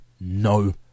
no